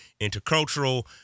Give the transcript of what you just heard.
intercultural